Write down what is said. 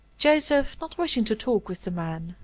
joseph, not wishing to talk with the man,